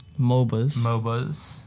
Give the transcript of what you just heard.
MOBAs